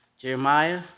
Jeremiah